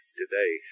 today